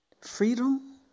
freedom